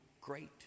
great